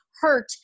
hurt